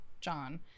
John